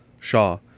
Shaw